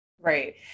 Right